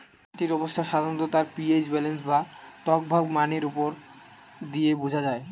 মাটির অবস্থা সাধারণত তার পি.এইচ ব্যালেন্স বা টকভাব মানের মধ্যে দিয়ে বুঝা যায়